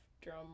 drum